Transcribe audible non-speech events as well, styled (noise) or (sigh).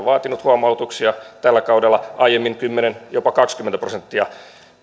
(unintelligible) vaatinut huomautuksia tällä kaudella aiemmin kymmenen tai jopa kaksikymmentä prosenttia